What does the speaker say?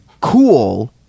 cool